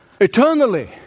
eternally